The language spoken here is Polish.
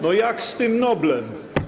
No jak z tym Noblem?